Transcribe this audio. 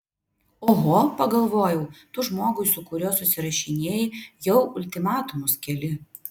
oho pagalvojau tu žmogui su kuriuo susirašinėji jau ultimatumus keli